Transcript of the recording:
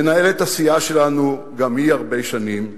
מנהלת הסיעה שלנו, גם היא הרבה שנים,